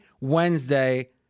Wednesday